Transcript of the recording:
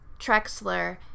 Trexler